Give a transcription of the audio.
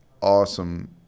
awesome